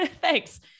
Thanks